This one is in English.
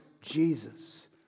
Jesus